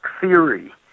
theory